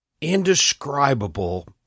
indescribable